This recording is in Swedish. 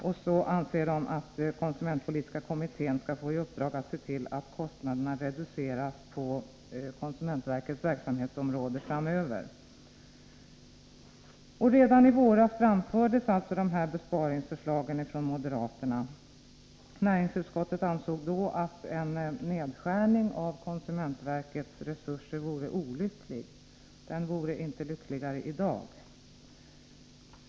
De anser vidare att konsumentpolitiska kommittén bör få i uppdrag att se till att kostnaderna reduceras på konsumentverkets verksamhetsområde framöver. Redan i våras framfördes alltså dessa besparingsförslag från moderaterna. Näringsutskottet ansåg då att en nedskärning av konsumentverkets resurser vore olycklig. Den vore inte lyckligare i dag.